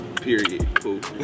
Period